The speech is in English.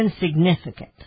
insignificant